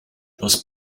thus